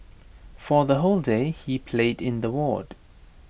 for the whole day he played in the ward